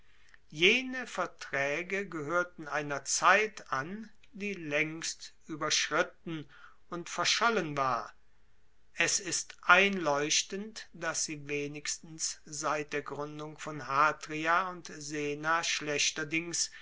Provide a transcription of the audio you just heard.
jene vertraege gehoerten einer zeit an die laengst ueberschritten und verschollen war es ist einleuchtend dass sie wenigstens seit der gruendung von hatria und sena schlechterdings